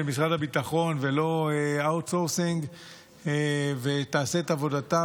משרד הביטחון ולא outsourcing והיא תעשה את עבודתה.